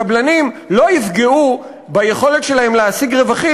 קבלנים לא יפגעו ביכולת שלהם להשיג רווחים